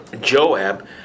Joab